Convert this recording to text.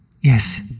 Yes